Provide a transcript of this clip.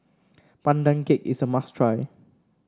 Pandan Cake is a must try